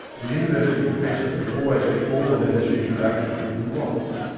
a university professor can always get all the letters of introduction that he wants.